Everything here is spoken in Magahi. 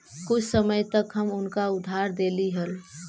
कुछ समय तक हम उनका उधार देली हल